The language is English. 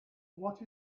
what